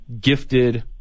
gifted